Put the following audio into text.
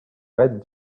red